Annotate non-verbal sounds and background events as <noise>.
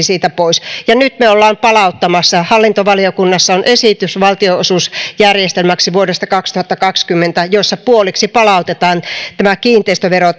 <unintelligible> siitä pois ja nyt me olemme palauttamassa sitä hallintovaliokunnassa on esitys valtionosuusjärjestelmäksi vuodesta kaksituhattakaksikymmentä jossa puoliksi palautetaan tämä kiinteistövero <unintelligible>